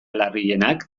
larrienak